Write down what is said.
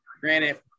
Granted